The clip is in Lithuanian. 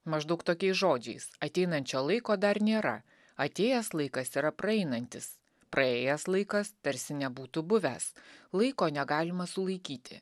maždaug tokiais žodžiais ateinančio laiko dar nėra atėjęs laikas yra praeinantis praėjęs laikas tarsi nebūtų buvęs laiko negalima sulaikyti